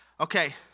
Okay